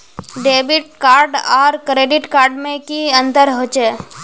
Debit card आर credit card में की अंतर होचे?